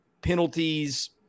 penalties